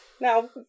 Now